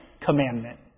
commandment